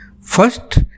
First